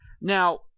Now